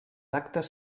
actes